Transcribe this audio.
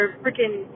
freaking